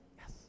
Yes